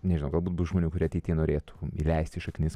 nežinau galbūt bus žmonių kurie ateityje norėtų įleisti šaknis